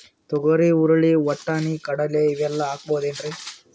ತೊಗರಿ, ಹುರಳಿ, ವಟ್ಟಣಿ, ಕಡಲಿ ಇವೆಲ್ಲಾ ಹಾಕಬಹುದೇನ್ರಿ?